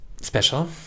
special